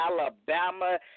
Alabama